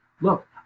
look